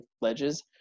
ledges